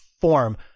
form